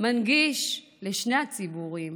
לשני הציבורים